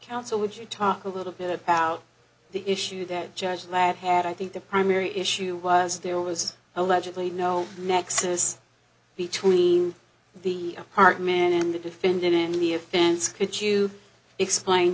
counsel would you talk a little bit about the issue that judge lahat i think the primary issue was there was allegedly no nexus between the heart man and the defendant in any offense could you explain